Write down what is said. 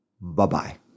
Bye-bye